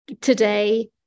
today